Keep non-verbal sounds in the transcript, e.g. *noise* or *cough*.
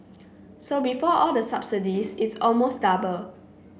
*noise* so before all the subsidies it's almost double